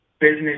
business